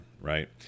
right